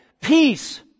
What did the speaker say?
peace